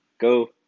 Go